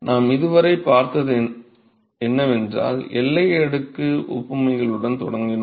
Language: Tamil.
நாம் இதுவரை பார்த்தது என்னவென்றால் எல்லை அடுக்கு ஒப்புமைகளுடன் தொடங்கினோம்